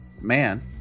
Man